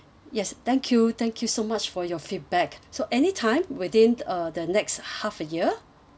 yes thank you thank you so much for your feedback so anytime within uh the next half a year